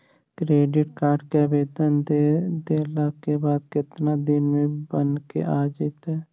Credit card के आवेदन दे देला के बाद केतना दिन में बनके आ जइतै?